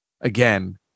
again